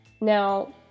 Now